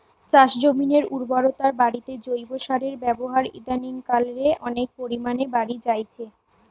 চাষজমিনের উর্বরতা বাড়িতে জৈব সারের ব্যাবহার ইদানিং কাল রে অনেক পরিমাণে বাড়ি জাইচে